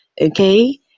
okay